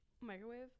Microwave